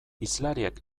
hizlariek